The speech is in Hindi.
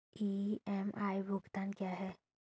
ई.एम.आई भुगतान क्या है?